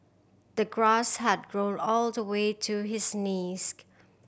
the grass had grown all the way to his knees